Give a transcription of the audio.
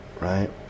right